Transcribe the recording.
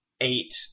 eight